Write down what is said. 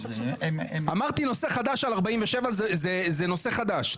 אמרתי נושא חדש על 47, זה נושא חדש.